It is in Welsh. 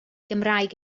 gymraeg